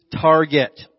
Target